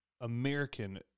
American